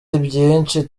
byinshi